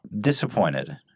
Disappointed